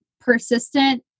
persistent